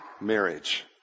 marriage